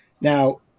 now